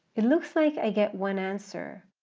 it looks like i get one answer,